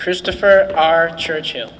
christopher r churchill